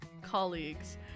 Colleagues